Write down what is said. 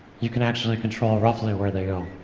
you can actually control roughly where they go,